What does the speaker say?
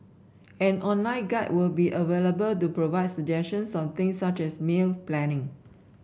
an online guide will be available to provide suggestions on things such as meal planning